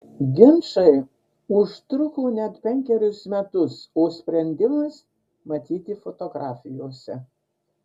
ginčai užtruko net penkerius metus o sprendimas matyti fotografijose